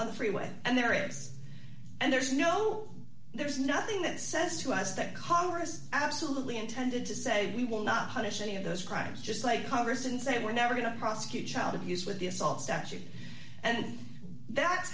on the freeway and their errors and there's no there's nothing that says to us that congress absolutely intended to say we will not punish any of those crimes just like congress and say we're never going to prosecute child abuse with the assault statute and that's